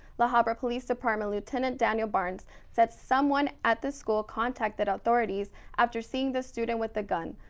la habra police department lieutenant daniel barnes said someone at the school contacted authorities after seeing the student with the gun.